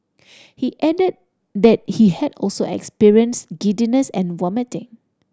he added that he had also experienced giddiness and vomiting